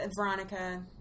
Veronica